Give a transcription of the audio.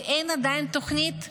ועדיין אין תוכנית קונקרטית,